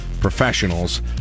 professionals